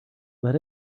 let